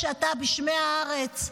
כשאתה בשמי הארץ,